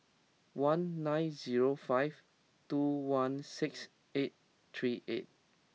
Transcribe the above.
one nine zero five two one six eight three eight